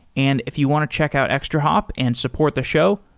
and if you want to check out extrahop and support the show,